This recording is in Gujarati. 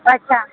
અચ્છા